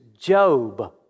Job